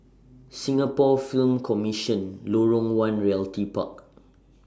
Singapore Film Commission Lorong one Realty Park